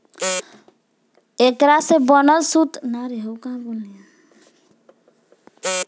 एकरा से बनल सूत लंबा अउरी निमन होला ऐही सूत से साड़ी अउरी दोसर कपड़ा बनेला